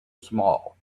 small